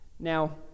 Now